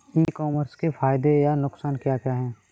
ई commerce के फायदे या नुकसान क्या क्या हैं?